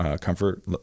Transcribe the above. comfort